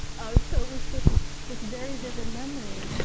so it was just this very vivid memory.